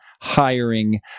hiring